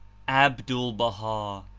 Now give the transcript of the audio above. abdul-baha',